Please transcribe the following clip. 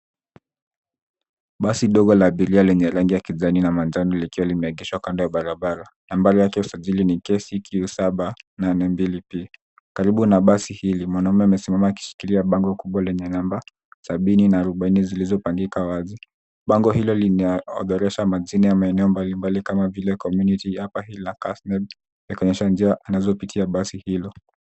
Basi dogo la abiria lenye rangi ya kijani na majano likiwa limeegeshwa kando ya barabara ,nambari yake usajili ni KCQ782P karibu na basi hili mwanamume amesimama akishikilia bango kubwa lenye namba sabini na arubaini zilizopangika wazi ,bango hilo linaorodhesha majina ya maeneo mbali mbali kama vile community ,upper hill na Kasneb akionyesha njia anazopitia basi hilo.